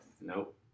Nope